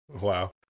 Wow